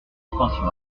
suspension